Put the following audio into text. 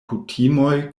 kutimoj